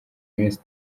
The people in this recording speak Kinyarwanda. iminsi